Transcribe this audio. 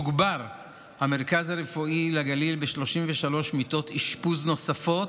תוגבר המרכז הרפואי לגליל ב-33 מיטות נוספות